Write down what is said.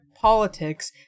politics